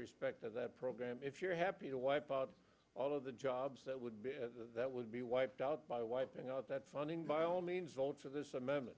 respect to that program if you're happy to wipe out all of the jobs that would be that would be wiped out by wiping out that funding by all means vote for this amendment